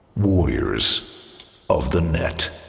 warriors of the net.